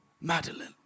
Madeline